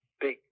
big